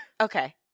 Okay